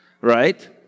right